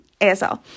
ASL